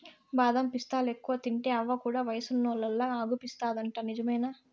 బాదం పిస్తాలెక్కువ తింటే అవ్వ కూడా వయసున్నోల్లలా అగుపిస్తాదంట నిజమేనా